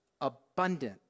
abundant